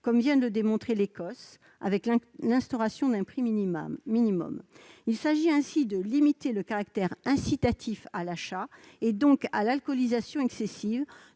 comme vient de le démontrer l'Écosse, avec l'instauration d'un prix minimum. Il s'agit ainsi de limiter le caractère incitatif à l'achat et donc à l'alcoolisation excessive,